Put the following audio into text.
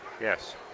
Yes